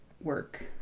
work